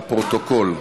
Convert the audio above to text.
לפרוטוקול,